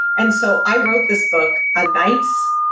and so i wrote this book at nights,